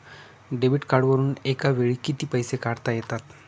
Debit कार्डवरुन एका वेळी किती पैसे काढता येतात?